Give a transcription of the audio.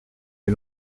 les